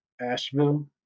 Asheville